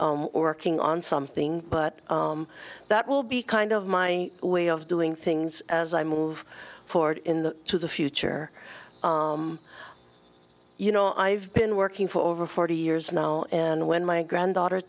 or king on something but that will be kind of my way of doing things as i move forward in the to the future you know i've been working for over forty years now and when my granddaughter